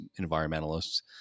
environmentalists